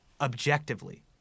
objectively